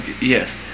Yes